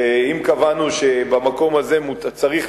ואם קבענו שבמקום הזה צריך,